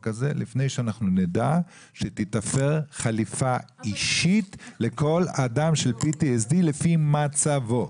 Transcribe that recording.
הזה לפני שאנחנו נדע שתיתפר חליפה אישית לכל אדם של PTSD לפי מצבו.